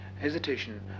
hesitation